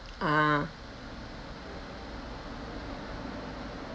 ah